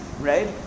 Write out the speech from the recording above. right